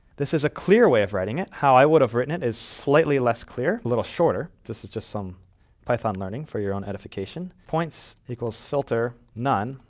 this is a clear way of writing it. how i would have written it is slightly less clear. a little shorter. this is just some python learning for your own edification. points filter none,